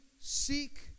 seek